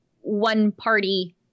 one-party